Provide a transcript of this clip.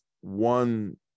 one